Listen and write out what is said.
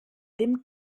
dem